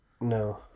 No